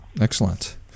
excellent